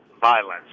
violence